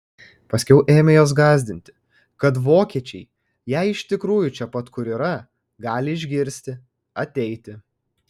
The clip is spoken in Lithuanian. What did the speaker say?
paskiau ėmė juos gąsdinti kad vokiečiai jei iš tikrųjų čia pat kur yra gali išgirsti ateiti